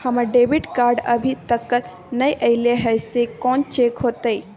हमर debit card अभी तकल नय अयले हैं, से कोन चेक होतै?